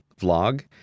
vlog